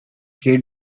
kid